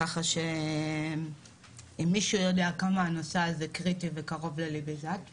ככה שאם מישהו יודע כמה הנושא הזה קריטי וקרוב לליבי זאת את.